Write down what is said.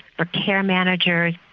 for care managers,